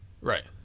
Right